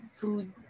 food